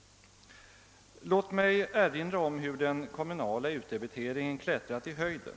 Låt mig erinra om hur den kommunala utdebiteringen klättrat i höjden.